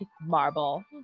marble